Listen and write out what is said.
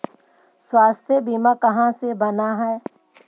स्वास्थ्य बीमा कहा से बना है?